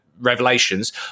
revelations